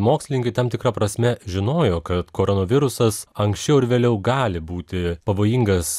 mokslininkai tam tikra prasme žinojo kad koronavirusas anksčiau ar vėliau gali būti pavojingas